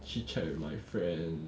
chit chat with my friend